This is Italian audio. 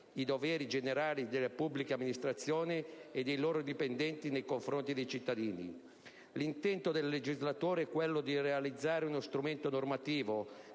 i doveri generali delle pubbliche amministrazioni e dei loro dipendenti nei confronti dei cittadini. L'intento del legislatore è quello di realizzare uno strumento normativo